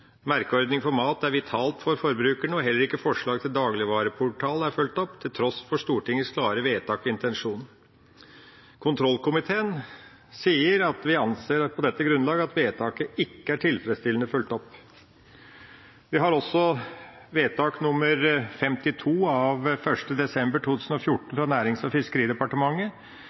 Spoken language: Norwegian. «Merkeordning for mat er vitalt for forbrukere. Heller ikke forslag til dagligvareportal er fulgt opp, til tross for Stortingets klare vedtak og intensjon.» Kontrollkomiteen sier her at vi «anser på dette grunnlag at vedtaket ikke er tilfredsstillende fulgt opp.» Vi har også vedtak nr. 52 av 1. desember 2014 fra Nærings- og fiskeridepartementet,